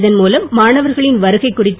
இதன் மூலம் மாணவர்களின் வருகை குறித்து